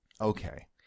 Okay